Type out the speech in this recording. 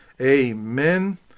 amen